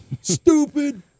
stupid